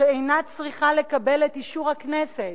שהיא אינה צריכה לקבל את אישור הכנסת